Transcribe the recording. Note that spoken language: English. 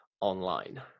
online